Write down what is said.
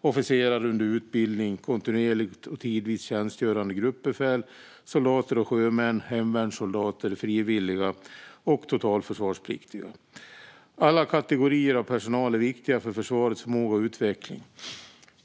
officerare under utbildning, kontinuerligt och tidvis tjänstgörande gruppbefäl, soldater och sjömän, hemvärnssoldater, frivilliga och totalförsvarspliktiga. Alla kategorier av personal är viktiga för försvarets förmåga och utveckling.